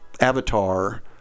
avatar